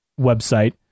website